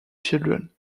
children